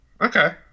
Okay